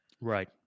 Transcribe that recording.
Right